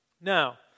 now